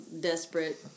desperate